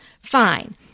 fine